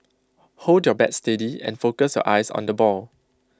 hold your bat steady and focus your eyes on the ball